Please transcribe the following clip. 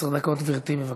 עשר דקות, גברתי, בבקשה.